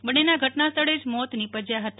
બંનેના ઘટનાસ્થળે જ મોત નીપજયા હતા